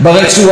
וכמובן,